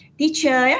teacher